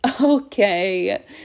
okay